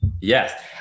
Yes